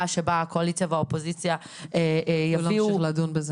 שבו הקואליציה והאופוזיציה ימשיכו לדון בזה,